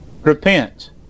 Repent